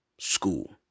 School